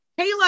Kayla